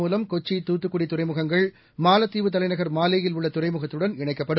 மூலம் கொச்சி தூத்துக்குடிதுறைமுகங்கள் மாலத்தீவு தலைநகர் மாலே யில் இந்தசேவை உள்ளதுறைமுகத்துடன் இணைக்கப்படும்